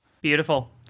Beautiful